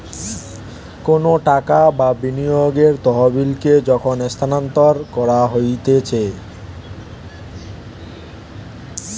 কোনো টাকা বা বিনিয়োগের তহবিলকে যখন স্থানান্তর করা হতিছে